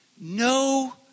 no